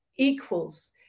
equals